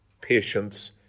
patience